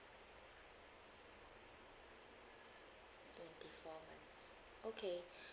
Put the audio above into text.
twenty four months okay